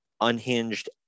unhinged